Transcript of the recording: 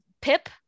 pip